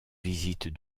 visites